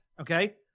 Okay